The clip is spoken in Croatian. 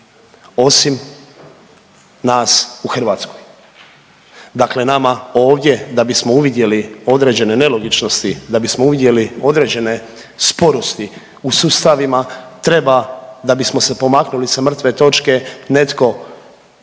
osim nas u Hrvatskoj, dakle nama ovdje da bismo uvidjeli određene nelogičnosti, da bismo uvidjeli određene sporosti u sustavima treba da bismo se pomaknuli sa mrtve točke netko od